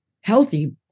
healthy